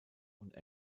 und